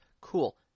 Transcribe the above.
Cool